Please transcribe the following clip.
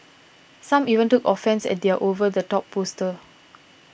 some even took offence at their over the top poster